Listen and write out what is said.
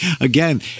Again